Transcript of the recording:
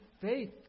faith